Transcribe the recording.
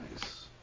Nice